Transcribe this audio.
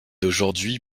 d’aujourd’hui